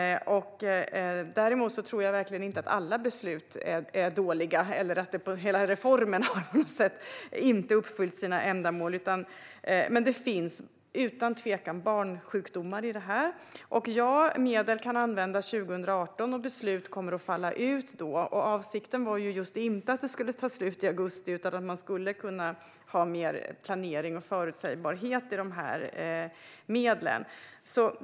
Däremot tror jag inte att alla beslut är dåliga eller att reformen i stort inte har uppfyllt sina ändamål, men det finns utan tvekan barnsjukdomar i detta. Ja, medel kan användas 2018, och beslut kommer att falla ut då. Avsikten var inte att de skulle ta slut i augusti utan att man skulle kunna ha mer planering och förutsägbarhet i medlen.